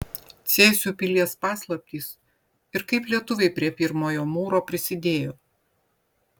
cėsių pilies paslaptys ir kaip lietuviai prie pirmojo mūro prisidėjo